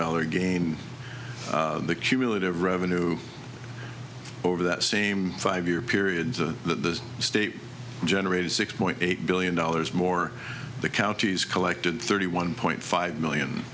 dollars again the cumulative revenue over that same five year period to the state generated six point eight billion dollars more the counties collected thirty one point five million